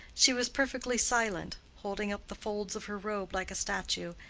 she was perfectly silent, holding up the folds of her robe like a statue,